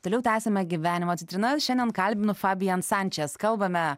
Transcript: toliau tęsiame gyvenimo citrinas šiandien kalbinu fabian sančes kalbame